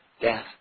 death